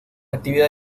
actividad